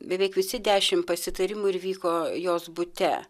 beveik visi dešimt pasitarimų ir vyko jos bute